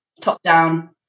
top-down